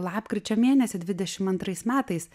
lapkričio mėnesį dvidešim antrais metais